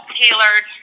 tailored